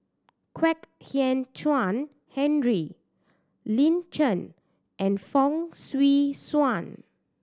Kwek Hian Chuan Henry Lin Chen and Fong Swee Suan